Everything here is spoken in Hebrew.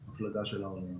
של האונייה.